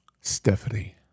Stephanie